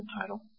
title